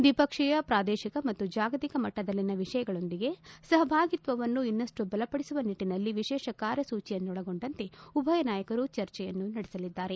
ದ್ವಿಪಕ್ಷೀಯ ಪ್ರಾದೇಶಿಕ ಮತ್ತು ಜಾಗತಿಕ ಮಟ್ಟದಲ್ಲಿನ ವಿಷಯಗಳೊಂದಿಗೆ ಸಹಭಾಗಿತ್ವವನ್ನು ಇನ್ನಷ್ಟು ಬಲಪಡಿಸುವ ನಿಟ್ಟನಲ್ಲಿ ವಿಶೇಷ ಕಾರ್ಯಸೂಚಿಯನ್ನೊಳಗೊಂಡಂತೆ ಉಭಯ ನಾಯಕರು ಚರ್ಚೆಯನ್ನು ನಡೆಸಲಿದ್ದಾರೆ